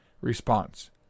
response